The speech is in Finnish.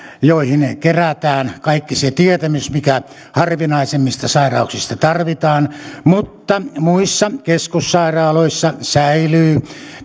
johon kerätään kaikki se tietämys mikä harvinaisemmista sairauksista tarvitaan mutta muissa keskussairaaloissa säilyy